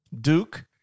Duke